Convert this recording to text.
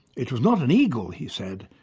it was not an eagle, he said,